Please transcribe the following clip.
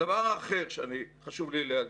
הדבר האחר שחשוב לי להדגיש,